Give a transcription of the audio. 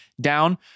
down